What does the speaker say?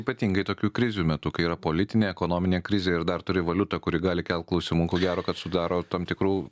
ypatingai tokių krizių metu kai yra politinė ekonominė krizė ir dar turi valiutą kuri gali kelt klausimų ko gero kad sudaro tam tikrų